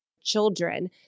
children